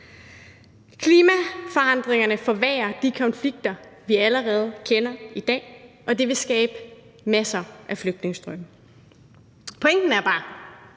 Klimaforandringerne forværrer de konflikter, vi allerede kender i dag, og det vil skabe masser af flygtningestrømme. Pointen er bare,